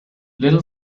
little